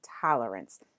tolerance